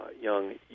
young